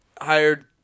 hired